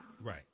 Right